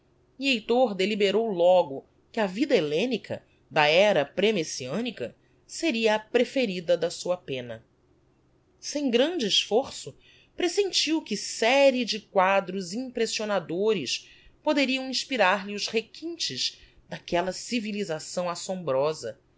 heitor deliberou logo que a vida hellenica da éra premessianica seria a preferida da sua penna sem grande esforço presentiu que série de quadros impressionadores poderiam inspirar-lhe os requintes d'aquella civilisação assombrosa